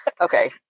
okay